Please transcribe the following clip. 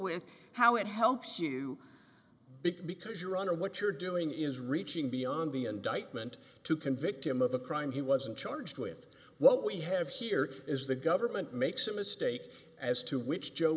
with how it helps you big because your honor what you're doing is reaching beyond the indictment to convict him of a crime he wasn't charged with what we have here is the government makes a mistake as to which jo